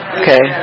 okay